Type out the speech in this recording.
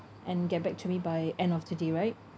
and get back to me by end of today right